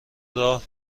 راه